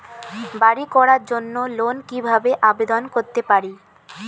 বাড়ি করার জন্য লোন কিভাবে আবেদন করতে পারি?